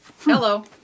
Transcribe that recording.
Hello